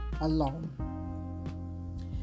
alone